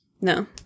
No